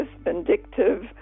vindictive